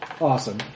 Awesome